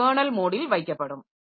அவை கெர்னல் மோடில் வைக்கப்படும்